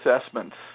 assessments